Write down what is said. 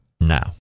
now